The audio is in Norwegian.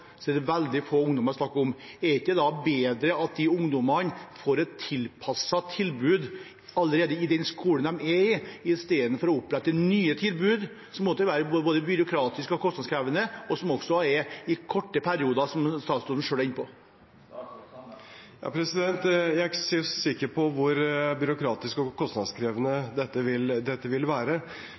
så det er veldig få det gjelder. Er det ikke da bedre at disse ungdommene får et tilpasset tilbud i den skolen de allerede er i, istedenfor å opprette nye tilbud som vil være både byråkratiske og kostnadskrevende, og som også vil gjelde korte perioder, som statsråden selv er inne på? Jeg er ikke så sikker på hvor byråkratisk og kostnadskrevende dette vil